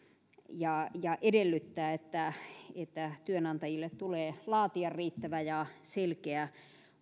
ja ja edellyttää että että työnantajille tulee laatia riittävä ja selkeä